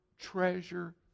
treasure